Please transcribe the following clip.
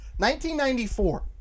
1994